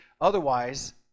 otherwise